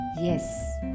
Yes